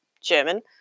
German